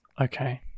Okay